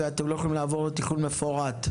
ואתם לא יכולים לעבור לתכנון מפורט.